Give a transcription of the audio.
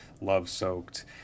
love-soaked